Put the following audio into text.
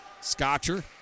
Scotcher